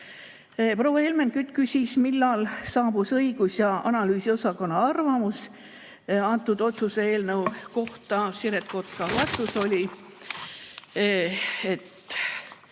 Proua Helmen Kütt küsis, millal saabus õigus‑ ja analüüsiosakonna arvamus selle otsuse eelnõu kohta. Siret Kotka vastus oli, et